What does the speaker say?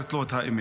שאומרת לו את האמת.